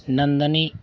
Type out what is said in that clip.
ᱱᱚᱱᱫᱚᱱᱤ